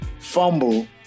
fumble